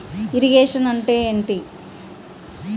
Irrigation అంటే ఏంటీ?